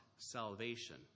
Salvation